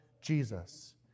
Jesus